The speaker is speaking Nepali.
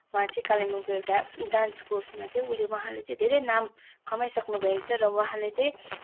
उहाँ चाहिँ कालिम्पोङको एउटा डान्सको उसमा चाहिँ उहाँले धेरै नाम कमाइसक्नुभएको छ र उहाँले चाहिँ